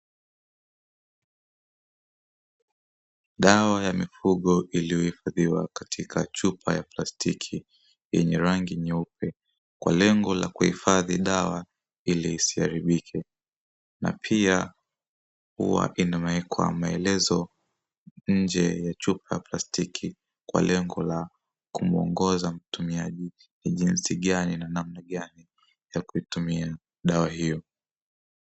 Dawa ya mifugo iliyohifadhiwa katika chupa ya plastiki yenye rangi nyeupe kwa lengo la kuhifadhi dawa ili isiharibike, na pia huwa imewekwa maelezo nje ya chupa ya plastiki kwa lengo la kumuongoza mtumiaji jinsi gani na namna gani ya kuitumia dawa hiyo.